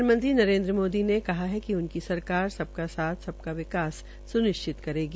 प्रधानमंत्री नरेन्द्र मोदी ने कहा है कि उनकी सरकार सबका साथ सबका विकास सुनिश्चित करेगी